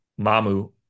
Mamu